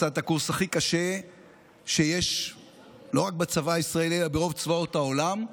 עשה את הקורס הכי קשה שיש לא רק בצבא הישראלי אלא ברוב צבאות העולם.